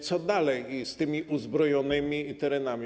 Co dalej z tymi uzbrojonymi terenami?